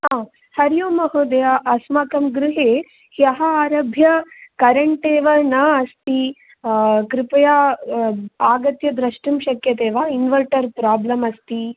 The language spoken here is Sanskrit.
हा हरि ओं महोदय अस्माकं गृहे ह्यः आरभ्य करेण्ट् एव न अस्ति कृपया आगत्य द्रष्टुं शक्यते वा इन्वर्टर् प्राब्लम् अस्ति